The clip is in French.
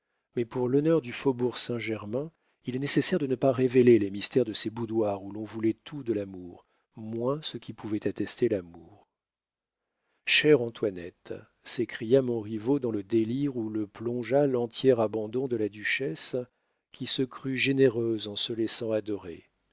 mais pour l'honneur du faubourg saint-germain il est nécessaire de ne pas révéler les mystères de ses boudoirs où l'on voulait tout de l'amour moins ce qui pouvait attester l'amour chère antoinette s'écria montriveau dans le délire où le plongea l'entier abandon de la duchesse qui se crut généreuse en se laissant adorer